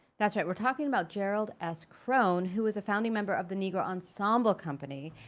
that's right, we're talking about gerald s. krone, who was a founding member of the negro ensemble company.